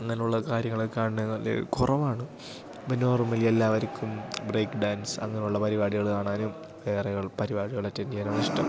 അങ്ങനെ ഉള്ള കാര്യങ്ങളൊക്കെ കാണുക നല്ല കുറവാണ് ഇപ്പം നോർമലി എല്ലാവർക്കും ബ്രേക്ക് ഡാൻസ് അങ്ങനെ ഉള്ള പരിപാടികൾ കാണാനും വേറെ ഉള്ള പരിപാടികൾ അറ്റൻഡ് ചെയ്യാനുമാണിഷ്ടം